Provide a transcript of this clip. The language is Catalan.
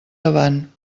davant